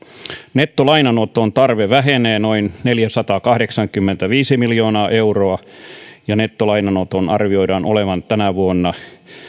nettolainanoton tarve vähenee noin neljäsataakahdeksankymmentäviisi miljoonaa euroa ja nettolainanoton arvioidaan olevan tänä vuonna yksi